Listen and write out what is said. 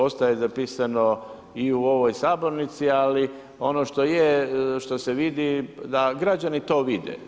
Ostaje zapisano i u ovoj sabornici, ali ono što je, što se vidi da građani to vide.